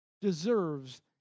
deserves